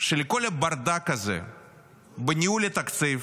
שלכל הברדק הזה בניהול התקציב